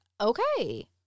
okay